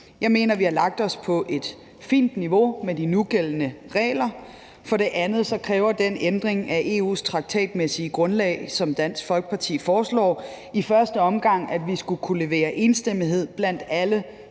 Jeg mener, vi har lagt os på et fint niveau med de nugældende regler. For det andet kræver den ændring af EU's traktatmæssige grundlag, som Dansk Folkeparti foreslår, i første omgang, at vi skulle kunne levere enstemmighed blandt alle